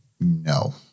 no